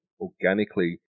organically